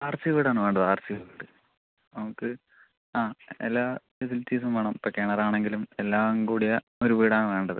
arch വീടാണ് വേണ്ടത് arch വീട് നമുക്ക് ആ എല്ലാ ഫെസിലിറ്റീസും വേണം ഇപ്പോൾ കിണറാണെങ്കിലും എല്ലാം കൂടിയ ഒരു വീടാണ് വേണ്ടത്